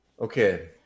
okay